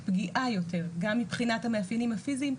פגיעה יותר גם מבחינת המאפיינים הפיזיים,